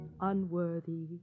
unworthy